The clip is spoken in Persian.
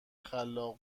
خلاق